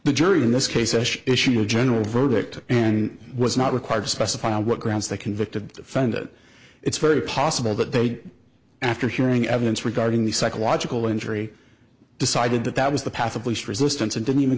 the jury in this case has issued general verdict and was not required to specify what grounds they convicted found it it's very possible that they after hearing evidence regarding the psychological injury decided that that was the path of least resistance and don't even